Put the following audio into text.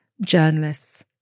journalists